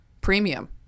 premium